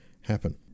happen